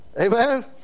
Amen